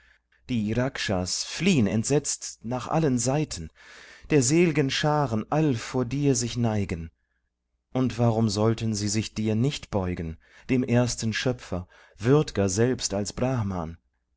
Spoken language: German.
die rakshas fliehn entsetzt nach allen seiten der sel'gen scharen all vor dir sich neigen und warum sollten sie sich dir nicht beugen dem ersten schöpfer würd'ger selbst als brahman